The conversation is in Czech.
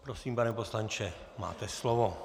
Prosím, pane poslanče, máte slovo.